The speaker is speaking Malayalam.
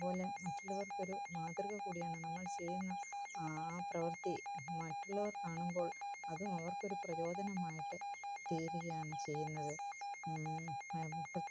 അതുപോലെ മറ്റുള്ളവർക്ക് ഒരു മാതൃക കൂടിയാണ് നമ്മൾ ചെയ്യുന്ന ആ പ്രവർത്തി മറ്റുള്ളവർ കാണുമ്പോൾ അതും അവർക്കൊരു പ്രചോദനമായിട്ട് തീരുകയാണ് ചെയ്യുന്നത്